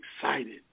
excited